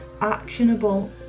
actionable